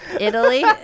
Italy